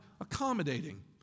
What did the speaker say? accommodating